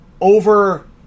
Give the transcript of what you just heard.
over